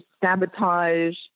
sabotage